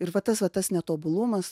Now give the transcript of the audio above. ir va tas va tas netobulumas